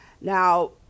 Now